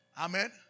Amen